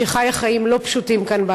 שחיה חיים לא פשוטים כאן,